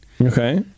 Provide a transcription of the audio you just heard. Okay